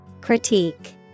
Critique